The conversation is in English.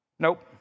Nope